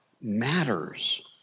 matters